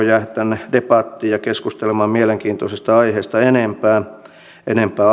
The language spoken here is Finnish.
jäädä tänne debattiin ja keskustelemaan mielenkiintoisesta aiheesta enempää enempää